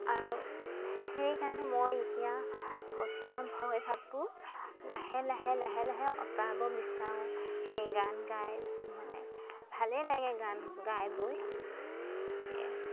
আৰু সেইকাৰণে মই এতিয়া বৰ্তমান ভয়ভাবটো লাহে লাহে লাহে লাহে আঁতৰাব বিচাৰো সেই গান গাই মানে ভালেই লাগে গান গাই বৈ সেয়াই